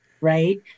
right